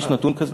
יש נתון כזה?